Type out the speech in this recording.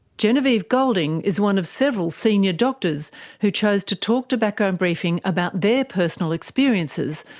genevieve goulding is one of several senior doctors who chose to talk to background briefing about their personal experiences,